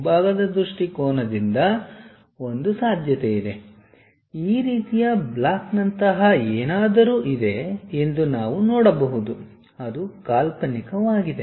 ಮುಂಭಾಗದ ದೃಷ್ಟಿಕೋನದಿಂದ ಒಂದು ಸಾಧ್ಯತೆಯಿದೆ ಈ ರೀತಿಯ ಬ್ಲಾಕ್ನಂತಹ ಏನಾದರೂ ಇದೆ ಎಂದು ನಾವು ನೋಡಬಹುದು ಅದು ಕಾಲ್ಪನಿಕವಾಗಿದೆ